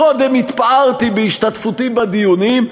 קודם התפארתי בהשתתפותי בדיונים,